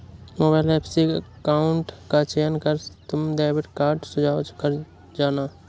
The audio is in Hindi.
मोबाइल ऐप में अकाउंट का चयन कर तुम डेबिट कार्ड सुझाव पर जाना